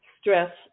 Stress